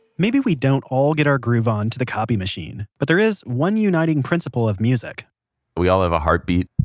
maybe we don't all get our groove on to the copy machine, but there is one uniting principle of music we all have a heartbeat,